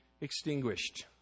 extinguished